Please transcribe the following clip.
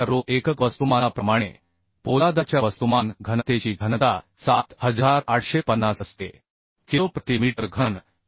काही वेळा पोलादाच्या रो एकक वस्तुमानाप्रमाणे पोलादाच्या वस्तुमान घनतेची घनता 7850 किलो प्रति मीटर घन असते